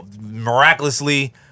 miraculously